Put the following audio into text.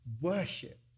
worship